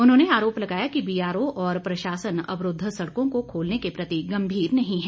उन्होंने आरोप लगाया कि बीआरओ और प्रशासन अवरूद्ध सड़कों को खोलने के प्रति गंभीर नहीं है